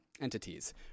entities